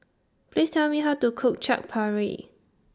Please Tell Me How to Cook Chaat Papri